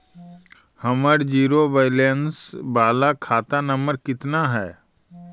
हमर zero balance बाला खाता नम्बर कितना है?